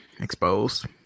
Exposed